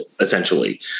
essentially